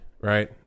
right